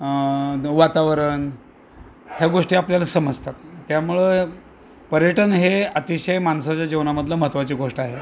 वातावरण ह्या गोष्टी आपल्याला समजतात त्यामुळं पर्यटन हे अतिशय मानसाच्या जीवनामधील महत्त्वाची गोष्ट आहे